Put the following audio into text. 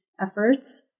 efforts